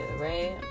right